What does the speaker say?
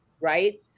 right